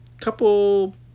couple